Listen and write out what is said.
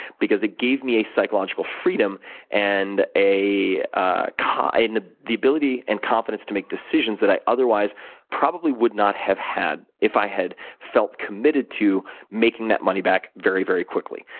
because it gave me a psychological freedom and ah kind of the ability and confidence to make decisions that i otherwise probably would not have had if i had felt committed to making that money back very, very quickly.